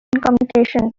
communication